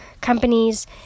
companies